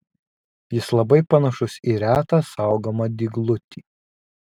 jis labai panašus į retą saugomą dyglutį